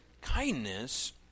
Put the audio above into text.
kindness